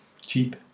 Cheap